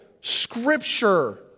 scripture